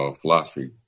philosophy